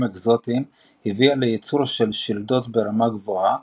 אקזוטיים הביאה ליצור של שלדות ברמה גבוהה